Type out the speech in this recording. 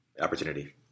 opportunity